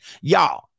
Y'all